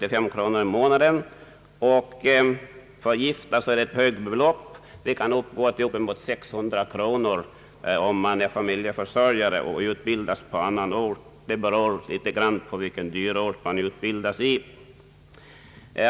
Gifta personer kan få ett högre belopp, upp till ca 600 kronor för en familjeförsörjare som utbildas på annan ort. Beloppets storlek beror i någon mån på vilken dyrort man utbildas i.